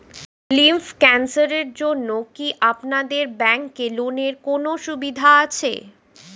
Lymph ক্যানসারের জন্য কি আপনাদের ব্যঙ্কে লোনের কোনও সুবিধা আছে?